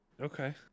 Okay